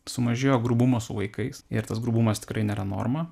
sumažėjo grubumo su vaikais ir tas grubumas tikrai nėra norma